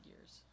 years